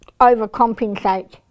overcompensate